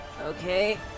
Okay